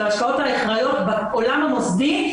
של ההשקעות האחראיות בעולם המוסדי,